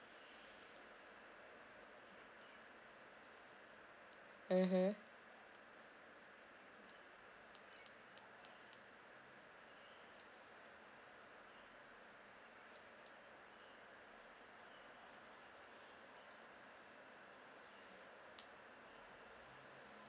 mmhmm